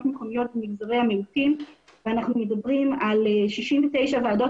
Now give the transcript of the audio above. מקומיות במגזרי המיעוטים ואנחנו מדברים על 69 ועדות